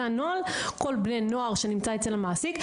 כל בן נוער שנמצא אצל המעסיק.